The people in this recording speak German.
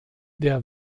der